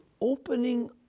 OPENING